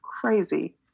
crazy